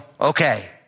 okay